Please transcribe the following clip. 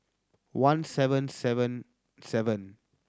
one seven seven seven